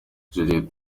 juliet